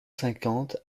cinquante